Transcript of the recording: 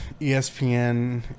ESPN